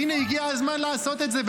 והינה הגיע הזמן לעשות את זה,